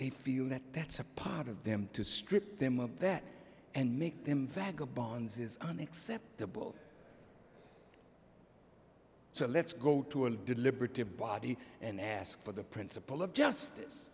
they feel that that's a part of them to strip them of that and make them faggot bonds is unacceptable so let's go to a deliberative body and ask for the principle of justice